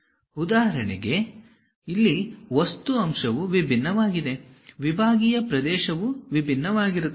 ಉದಾಹರಣೆಗೆ ಇಲ್ಲಿ ವಸ್ತು ಅಂಶವು ವಿಭಿನ್ನವಾಗಿದೆ ವಿಭಾಗೀಯ ಪ್ರದೇಶವು ವಿಭಿನ್ನವಾಗಿರುತ್ತದೆ